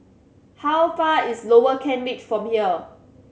how far is Lower Kent Ridge Road from here